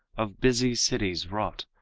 of busy cities wrought,